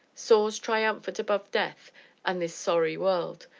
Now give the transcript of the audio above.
soars triumphant above death and this sorry world,